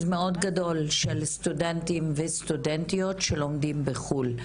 מאוד גדול של סטודנטים וסטודנטיות שלומדים בחו"ל.